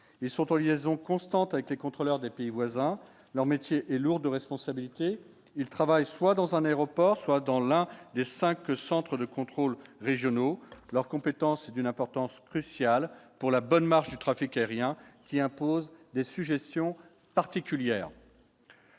ils sont en liaison constante avec les contrôleurs des pays voisins, leur métier est lourde responsabilité, ils travaillent soit dans un aéroport, soit dans l'un des 5 centres de contrôle régionaux leur compétence est d'une importance cruciale pour la bonne marche du trafic aérien qui impose des suggestions particulières.